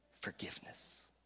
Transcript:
forgiveness